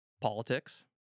politics